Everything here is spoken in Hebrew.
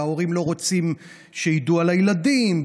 וההורים לא רוצים שידעו על הילדים,